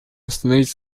восстановить